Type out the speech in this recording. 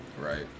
right